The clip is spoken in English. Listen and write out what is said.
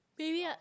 maybe